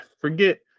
forget